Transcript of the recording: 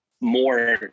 More